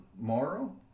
moral